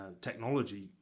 technology